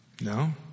No